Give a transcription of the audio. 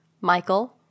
michael